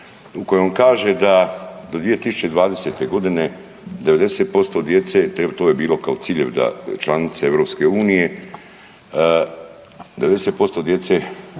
u kojem kaže da do 2020. godine 90% djece to je bilo kao ciljevi da članice Europske unije 90% sve